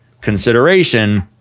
consideration